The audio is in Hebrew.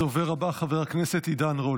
הדובר הבא, חבר הכנסת עידן רול.